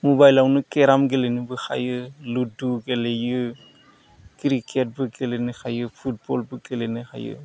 मबाइलआवनो केराम गेलेनोबो हायो लुडु गेलेयो क्रिकेटबो गेलेनो हायो फुटबलबो गेलेनो हायो